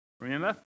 remember